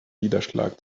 niederschlag